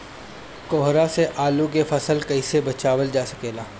कोहरा से आलू के फसल कईसे बचावल जा सकेला?